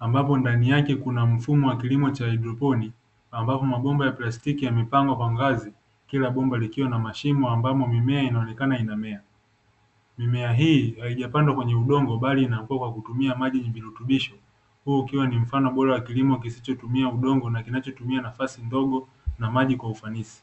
ambapo ndani yake kuna mfumo wa kilimo cha haidroponi ambapo mabomba ya plastiki yamepangwa kwa ngazi kila bomba likiwa na mashimo ambamo mimea inaonekana inamea mimea, mimea hii haijapandwa kwenye udongo bali inakuwa kwa kutumia maji ni virutubisho kwa hiyo ukiwa ni mfano bora wa kilimo kisichotumia udongo na kinachotumia nafasi ndogo na maji kwa ufanisi.